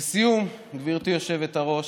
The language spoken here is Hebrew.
לסיום, גברתי היושבת-ראש,